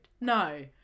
No